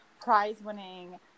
prize-winning